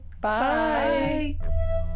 Bye